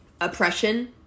oppression